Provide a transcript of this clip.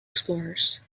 explorers